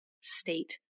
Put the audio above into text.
state